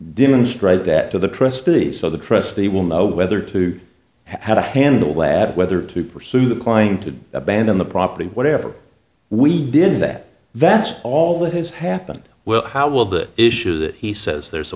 demonstrate that to the trustee so the trustee will know whether to how to handle that whether to pursue the client to abandon the property whatever we did that that's all that has happened well how will that issue that he says there's a